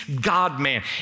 God-man